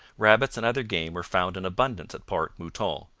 rabbits and other game were found in abundance at port mouton,